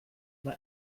vad